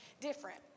different